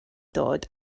dod